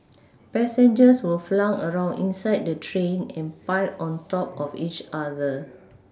passengers were flung around inside the train and piled on top of each other